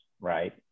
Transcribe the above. right